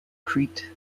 crete